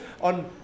on